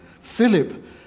Philip